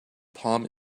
palm